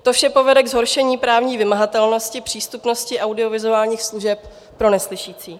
To vše povede ke zhoršení právní vymahatelnosti přístupnosti audiovizuálních služeb pro neslyšící.